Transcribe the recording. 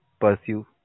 pursue